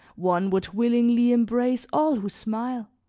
one would willingly embrace all who smile,